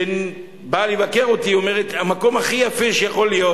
שכשהיא באה לבקר אותי היא אמרה שזה המקום הכי יפה שיכול להיות.